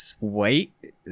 wait